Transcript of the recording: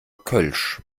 kölsch